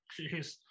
Jeez